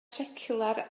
seciwlar